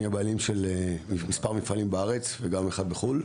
אני הבעלים של מספר מפעלים בארץ וגם אחד בחו"ל,